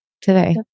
today